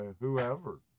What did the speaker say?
whoever